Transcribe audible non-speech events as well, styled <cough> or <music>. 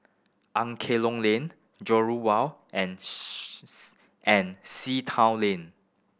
Angklong Lane Jurong Wharf and <hesitation> and Sea Town Lane